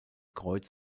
kreuz